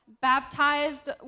baptized